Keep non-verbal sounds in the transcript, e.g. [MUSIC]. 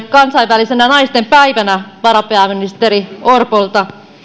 [UNINTELLIGIBLE] kansainvälisenä naistenpäivänä varapääministeri opolta